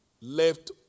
left